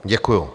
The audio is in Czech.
Děkuju.